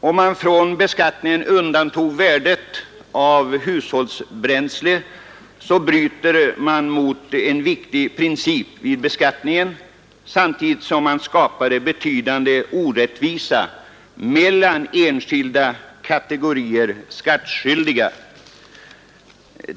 Om man från beskattning undantog värdet av hushållsbränsle, skulle man bryta mot en viktig princip vid beskattningen samtidigt som man skapade betydande orättvisa mellan skilda kategorier skattskyldiga.